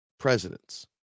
presidents